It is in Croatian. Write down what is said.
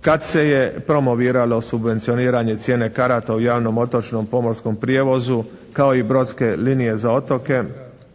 kad se je promoviralo subvencioniranje cijene karata u javnom otočnom pomorskom prijevozu kao i brodske linije za otoke,